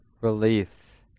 relief